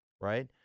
right